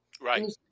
Right